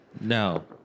No